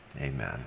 amen